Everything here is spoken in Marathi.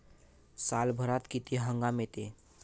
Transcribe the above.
सालभरात किती हंगाम येते?